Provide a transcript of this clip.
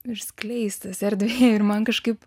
ir skleistis erdvėje ir man kažkaip